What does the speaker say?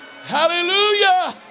Hallelujah